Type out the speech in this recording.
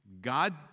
God